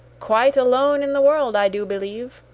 quite alone in the world, i do believe.